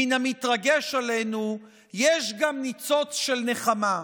מן המתרגש עלינו, יש גם ניצוץ של נחמה,